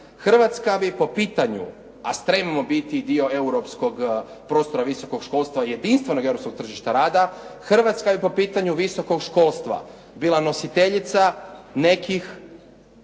Hrvatska bi po pitanju, a stremimo biti dio europskog prostora visokog školstva i jedinstvenog europskog tržišta rada, Hrvatska je po pitanju visokog školstva bila nositeljica nekih